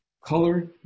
color